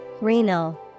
Renal